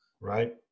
Right